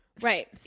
Right